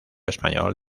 español